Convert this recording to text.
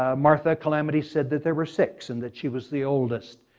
ah martha, calamity said that there were six and that she was the oldest,